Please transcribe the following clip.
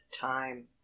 time